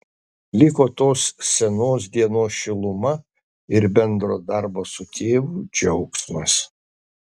liko tos senos dienos šiluma ir bendro darbo su tėvu džiaugsmas